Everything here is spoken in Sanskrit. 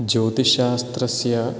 ज्योतिष्शास्त्रस्य